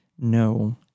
No